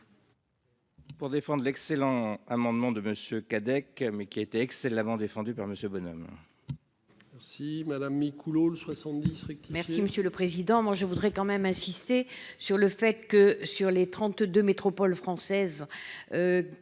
Pour défendre l'excellent amendement de monsieur Cadec mais qui a été excellemment défendu par Monsieur Bonhomme. Si Madame Micouleau le 70 districts. Merci monsieur le président. Moi je voudrais quand même insister sur le fait que sur les 32 métropoles françaises.